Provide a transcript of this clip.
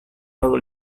lalu